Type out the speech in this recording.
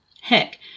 Heck